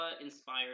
inspired